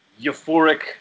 euphoric